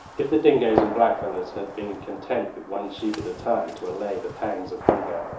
if the dingoes and blackfellows had been content with one sheep at a time to allay the pangs of hunger,